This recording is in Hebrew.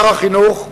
שר החינוך,